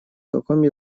каком